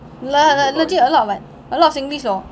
le~ like legit a lot of like a lot singlish lor